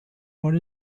one